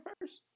first